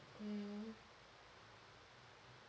mm